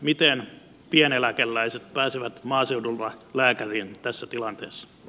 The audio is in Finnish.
miten pieneläkeläiset pääsevät maaseudulla lääkäriin tässä tilanteessa